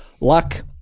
luck